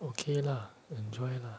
okay lah enjoy lah